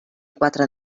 quatre